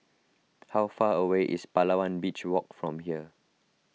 how far away is Palawan Beach Walk from here